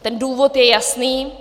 Ten důvod je jasný.